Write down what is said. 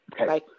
Okay